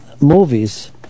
movies